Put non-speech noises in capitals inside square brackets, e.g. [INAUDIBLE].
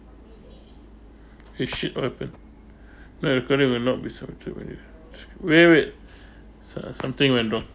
eh shit what happened [BREATH] no recording will not be subject when you ch~ wait wait wait [BREATH] som~ something went wrong